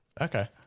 Okay